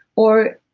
or,